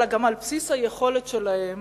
אלא גם על בסיס היכולת שלהם